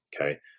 okay